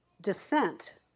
descent